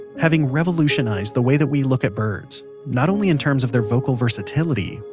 having revolutionised the way that we look at birds not only in terms of their vocal versatility,